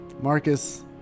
Marcus